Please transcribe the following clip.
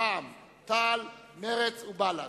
רע"ם-תע"ל, מרצ ובל"ד.